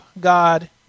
God